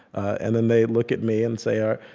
and then they look at me and say um